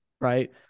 Right